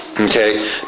okay